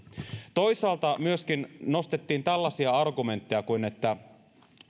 toisaalta myöskin nostettiin tällaisia argumentteja kuin se että